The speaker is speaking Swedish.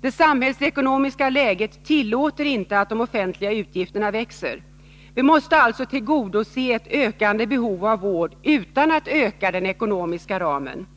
Det samhällsekonomiska läget tillåter inte att de offentliga utgifterna växer. Vi måste alltså tillgodose ett ökande behov av vård utan att öka den ekonomiska ramen.